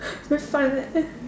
very fun eh eh